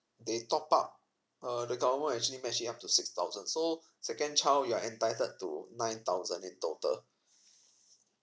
they top up err the government actually matching up to six thousand so second child you're entitled to nine thousand in total